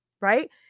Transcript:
right